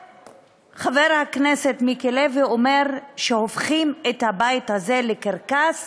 וחבר הכנסת מיקי לוי אומר שהופכים את הבית הזה לקרקס